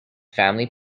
family